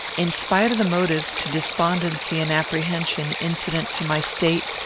in spite of the motives to despondency and apprehension incident to my state,